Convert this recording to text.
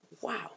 wow